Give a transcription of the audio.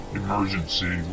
emergency